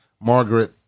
Margaret